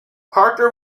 parker